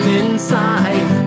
inside